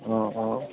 অঁ অঁ